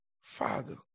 Father